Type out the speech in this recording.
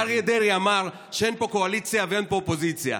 אריה דרעי אמר שאין פה קואליציה ואין פה אופוזיציה,